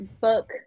book